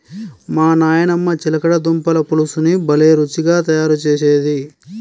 మా నాయనమ్మ చిలకడ దుంపల పులుసుని భలే రుచిగా తయారు చేసేది